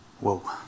Whoa